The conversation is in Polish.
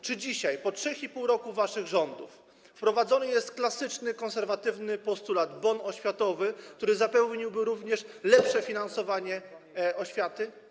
Czy dzisiaj, po 3,5 roku waszych rządów, wprowadzony jest - to klasyczny konserwatywny postulat - bon oświatowy, który zapewniłby również lepsze finansowanie oświaty?